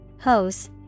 Hose